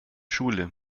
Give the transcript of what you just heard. schule